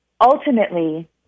ultimately